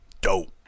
Dope